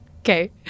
Okay